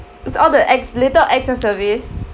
it's all the acts little acts of service